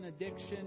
addiction